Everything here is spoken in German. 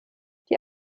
die